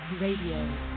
Radio